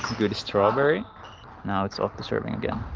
good strawberry now it's off the serving deal